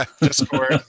Discord